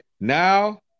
now